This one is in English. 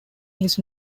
his